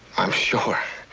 i'm sure.